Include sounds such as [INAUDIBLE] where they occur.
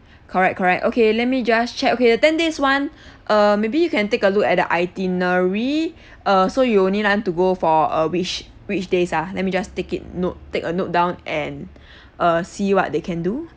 correct correct okay let me just check okay the ten days [one] [BREATH] err maybe you can take a look at the itinerary [BREATH] err so you only want to go for a which which days ah let me just take it note take a note down and [BREATH] uh see what they can do